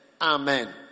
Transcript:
Amen